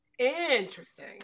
interesting